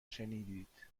شنیدید